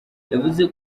yavuze